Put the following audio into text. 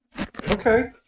okay